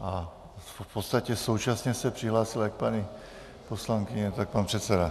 V podstatě současně se přihlásila i paní poslankyně, tak pan předseda.